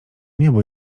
niebo